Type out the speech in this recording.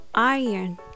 Iron